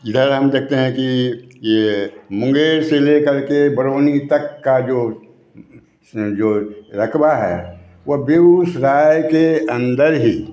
इधर हम देखते हैं कि यह मुंगेर से लेकर के बरोनी तक का जो जो रकबा है वह बेगूसराय के अंदर ही